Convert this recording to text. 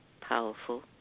powerful